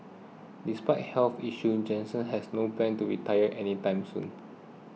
despite health issues Jansen has no plans to retire any time soon